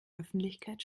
öffentlichkeit